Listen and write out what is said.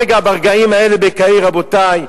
הרגע, ברגעים האלה, בקהיר, רבותי,